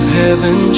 heaven